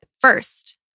First